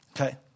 Okay